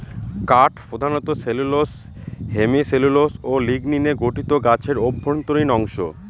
কাঠ প্রধানত cellulose hemicellulose ও লিগনিনে গঠিত গাছের অভ্যন্তরীণ অংশ